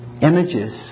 Images